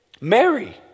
Mary